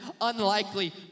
unlikely